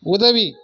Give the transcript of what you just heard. உதவி